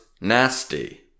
nasty